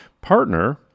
partner